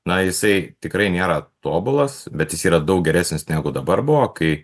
na jisai tikrai nėra tobulas bet jis yra daug geresnis negu dabar buvo kai